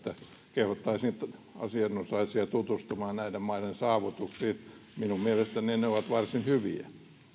kehottaisin asianosaisia tutustumaan näiden maiden saavutuksiin minun mielestäni ne ne ovat varsin hyviä